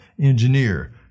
engineer